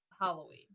Halloween